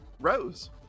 rose